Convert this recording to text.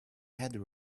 had